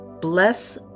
Bless